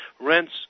rents